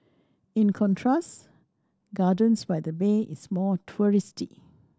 in contrast Gardens by the Bay is more touristy